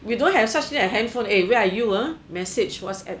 we don't have such thing as handphone eh where are you ah message whatsapp